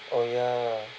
oh ya